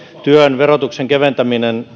työn verotuksen keventäminen